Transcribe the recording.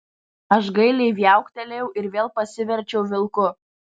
aš gailiai viauktelėjau ir vėl pasiverčiau vilku